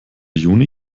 juni